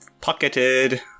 Pocketed